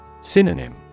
Synonym